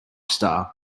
star